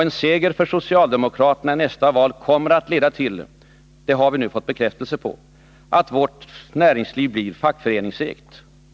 En seger för socialdemokraterna i nästa val kommer alltså att leda till — det har vi nu fått bekräftat — att vårt näringsliv blir fackföreningsägt.